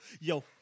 Yo